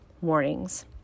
warnings